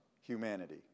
humanity